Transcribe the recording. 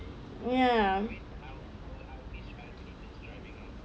ya